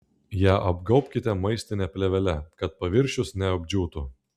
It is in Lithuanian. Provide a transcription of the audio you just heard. ją apgaubkite maistine plėvele kad paviršius neapdžiūtų